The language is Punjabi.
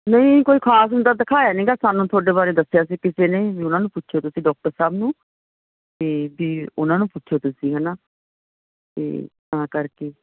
ਨਹੀਂ ਕੋਈ ਖ਼ਾਸ ਨੂੰ ਤਾਂ ਦਿਖਾਇਆ ਨਹੀਂ ਗਾ ਸਾਨੂੰ ਤੁਹਾਡੇ ਬਾਰੇ ਦੱਸਿਆ ਸੀ ਕਿਸੇ ਨੇ ਵੀ ਉਹਨਾਂ ਨੂੰ ਪੁੱਛੋ ਤੁਸੀਂ ਡਾਕਟਰ ਸਾਹਿਬ ਨੂੰ ਤੇ ਵੀ ਉਹਨਾਂ ਨੂੰ ਪੁੱਛੋ ਤੁਸੀਂ ਹੈਨਾ ਅਤੇ ਤਾਂ ਕਰਕੇ